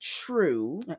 true